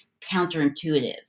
counterintuitive